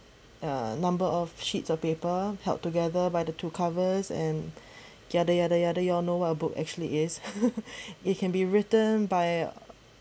uh number of sheets or paper held together by the two covers and yada yada yada you all know what a book actually is it can be written by